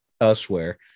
elsewhere